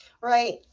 Right